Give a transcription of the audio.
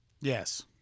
Yes